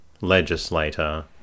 legislator